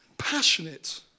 passionate